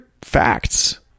facts